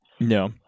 no